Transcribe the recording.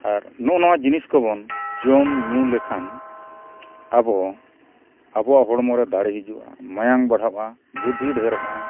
ᱟᱨ ᱱᱚᱜᱼᱚ ᱱᱚᱣᱟ ᱡᱤᱱᱤᱥ ᱠᱚᱵᱚᱱ ᱡᱚᱢ ᱧᱩ ᱞᱮᱠᱷᱟᱱ ᱟᱵᱚ ᱟᱵᱚᱣᱟᱜ ᱦᱚᱲᱢᱚᱨᱮ ᱫᱟᱲᱮ ᱦᱤᱡᱩᱜᱼᱟ ᱢᱟᱭᱟᱝ ᱵᱟᱲᱦᱟᱜᱼᱟ ᱵᱩᱫᱽᱫᱷᱤ ᱰᱷᱮᱨᱚᱜᱼᱟ